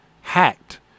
hacked